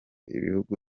ibihugu